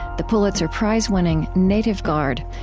the pulitzer prize-winning native guard,